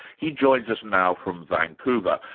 he joins us now from vancouver.